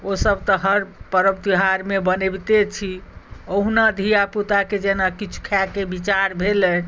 ओसभ तऽ हर पर्व त्योहारमे बनबिते छी ओहुना धियापुताके जेना किछु खायके विचार भेलै